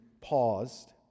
paused